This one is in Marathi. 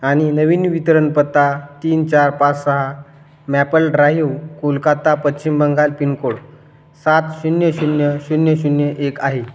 आणि नवीन वितरणपत्ता तीन चार पाच सहा maple drive Kolkata Paschim Bangal pin code सात शून्य शून्य शून्य शून्य एक आहे